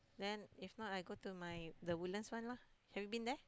then if not I go to my the Woodlands one lah have you been there